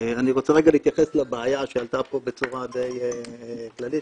אני רוצה להתייחס לבעיה שעלתה פה בצורה די כללית,